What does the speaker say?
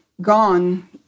gone